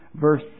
verse